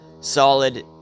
solid